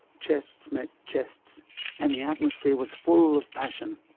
chests met chests and the atmosphere was full of passion.